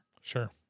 Sure